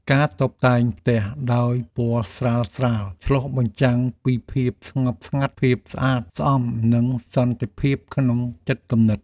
ការតុបតែងផ្ទះដោយពណ៌ស្រាលៗឆ្លុះបញ្ចាំងពីភាពស្ងប់ស្ងាត់ភាពស្អាតស្អំនិងសន្តិភាពក្នុងចិត្តគំនិត។